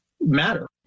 matter